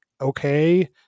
okay